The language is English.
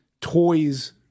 toys